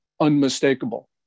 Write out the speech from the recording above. unmistakable